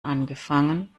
angefangen